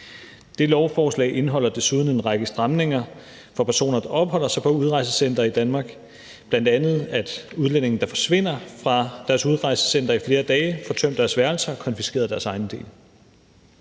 Det lovforslag indeholder desuden en række stramninger for personer, der opholder sig på udrejsecentre i Danmark, bl.a. at udlændinge, der forsvinder fra deres udrejsecenter i flere dage, får tømt deres værelser og konfiskeret deres ejendele.